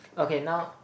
okay now